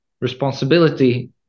responsibility